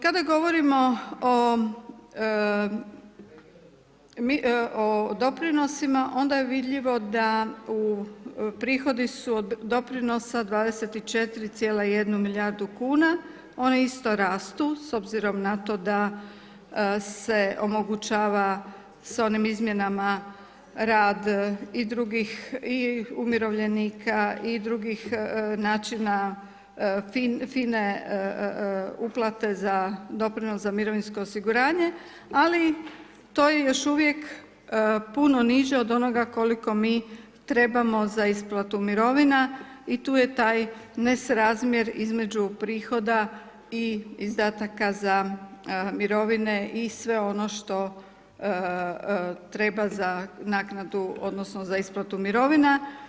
Kada govorimo o doprinosima onda je vidljivo da, u prihodi su od doprinosa dvadeset i četiri cijela jednu milijardu kuna, oni isto rastu, s obzirom na to da se omogućava sa onim izmjenama rad i drugih i umirovljenika i drugih načina FINA-e uplate za doprinos za mirovinsko osiguranje ali to je još uvijek puno niže od onoga koliko mi trebamo za isplatu mirovina i tu je taj nesrazmjer između prihoda i izdataka za mirovine i sve ono što treba za naknadu odnosno za isplatu mirovina.